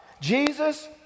Jesus